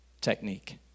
technique